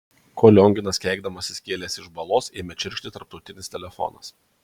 kol lionginas keikdamasis kėlėsi iš balos ėmė čirkšti tarptautinis telefonas